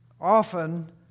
Often